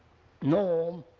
norm,